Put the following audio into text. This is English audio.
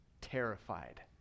terrified